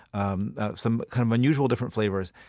um some kind of unusual different flavors.